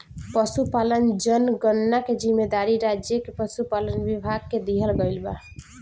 पसुपालन जनगणना के जिम्मेवारी राज्य के पसुपालन विभाग के दिहल गइल बा